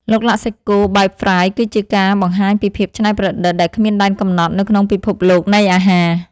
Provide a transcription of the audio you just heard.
ឡុកឡាក់សាច់គោបែបហ្វ្រាយស៍គឺជាការបង្ហាញពីភាពច្នៃប្រឌិតដែលគ្មានដែនកំណត់នៅក្នុងពិភពលោកនៃអាហារ។